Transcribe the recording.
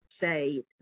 say